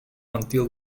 until